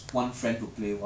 你反应慢了